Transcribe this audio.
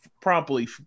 promptly